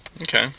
Okay